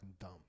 dumb